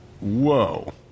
Whoa